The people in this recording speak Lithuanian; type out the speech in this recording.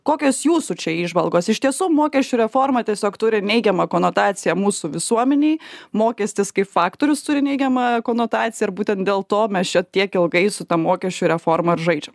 kokios jūsų čia įžvalgos iš tiesų mokesčių reforma tiesiog turi neigiamą konotaciją mūsų visuomenėj mokestis kaip faktorius turi neigiamą konotaciją ir būtent dėl to mes čia tiek ilgai su ta mokesčių reforma ir žaidžiam